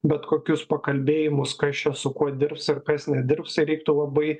bet kokius pakalbėjimus kas čia su kuo dirbs ir kas nedirbs reiktų labai